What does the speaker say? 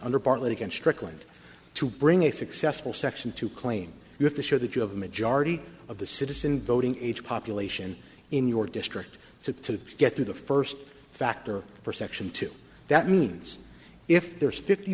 under bartlet again strickland to bring a successful section to claim you have to show that you have a majority of the citizen voting age population in your district to get through the first factor for section two that means if there is fifty